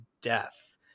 death